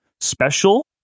special